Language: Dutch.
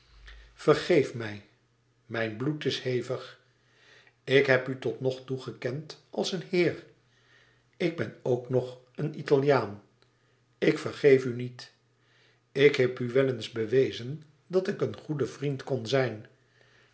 vergeef mij mijn bloed is hevig ik heb u totnogtoe gekend als een heer ik ben ook nog een italiaan ik vergeef u niet k heb u wel eens bewezen dat ik een goed vriend kon zijn